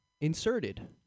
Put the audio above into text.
inserted